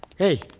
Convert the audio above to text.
hey,